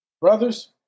brothers